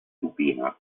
supina